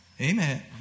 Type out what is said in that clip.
Amen